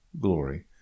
glory